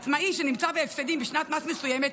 עצמאי שנמצא בהפסדים בשנת מס מסוימת,